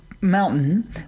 mountain